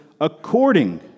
according